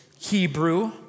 Hebrew